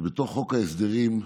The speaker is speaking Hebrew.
ובתוך חוק ההסדרים עוטפים,